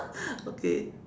okay